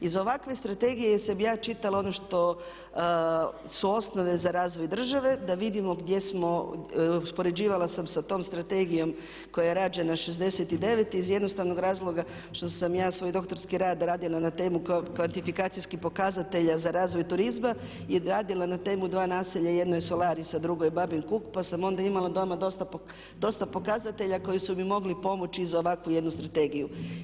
Iz ovakve strategije sam ja čitala ono što su osnove za razvoj države da vidimo gdje smo, uspoređivala sam sa tom strategijom koja je rađena 69.iz jednostavnog razloga što sam ja svoj doktorski rad radila na temu kvantifikacijski pokazatelja za razvoj turizma i radila na temu dva naselja, jedno je Solaris a drugo je Babin Kuk, pa sam imala dojam o dosta pokazatelja koji su mi mogli pomoći za ovakvu jednu strategiju.